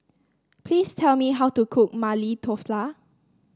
please tell me how to cook Maili